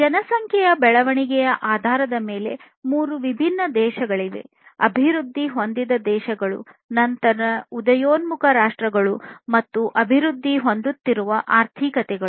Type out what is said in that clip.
ಜನಸಂಖ್ಯೆಯ ಬೆಳವಣಿಗೆಯ ಆಧಾರದ ಮೇಲೆ ಮೂರು ವಿಭಿನ್ನ ದೇಶಗಳಿವೆ ಅಭಿವೃದ್ಧಿ ಹೊಂದಿದ ದೇಶಗಳು ನಂತರ ಉದಯೋನ್ಮುಖ ರಾಷ್ಟ್ರಗಳು ಮತ್ತು ಅಭಿವೃದ್ಧಿ ಹೊಂದುತ್ತಿರುವ ಆರ್ಥಿಕತೆಗಳು